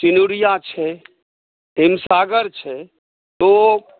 सिनूरिआ छै हिमसागर छै ओ